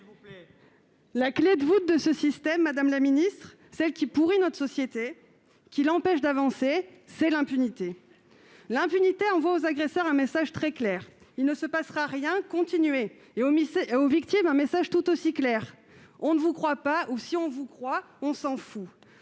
la clé de voûte de ce système, celle qui pourrit notre société et l'empêche d'avancer, c'est l'impunité. Celle-ci envoie aux agresseurs un message très clair, « il ne se passera rien, continuez », et aux victimes un message tout aussi clair, « on ne vous croit pas et, si l'on vous croit, on s'en fout